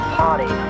party